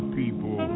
people